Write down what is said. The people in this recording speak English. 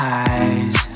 eyes